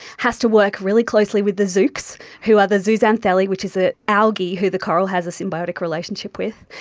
has to work really closely with the zoox who are the zooxanthellae which is the algae who the coral has a symbiotic relationship with,